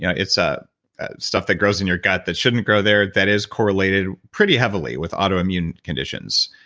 you know it's ah stuff that grows in your gut that shouldn't grow there that is correlated pretty heavily with autoimmune conditions,